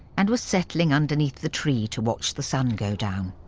and was settling underneath the tree to watch the sun go down.